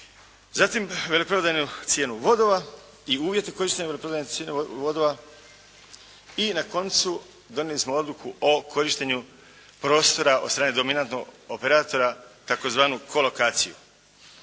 zatim veleprodajnu cijenu vodova i uvjeti korištenja veleprodajne cijene vodova. I na koncu, donijeli smo odluku o korištenju prostora od strane dominantnog operatora tzv. kolokaciju.